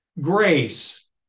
grace